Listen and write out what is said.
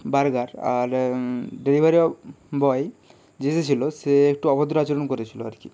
burger আর ডেলিভারিও boy যে এসেছিলো সে একটু অভদ্র আচরণ করেছিলো আর কি